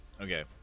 okay